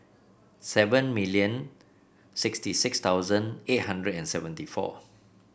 seven million sixty six thousand eight hundred and seventy four